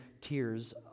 tears